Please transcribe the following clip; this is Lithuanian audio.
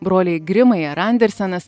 broliai grimai ar andersenas